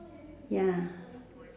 ya